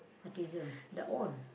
autism dah on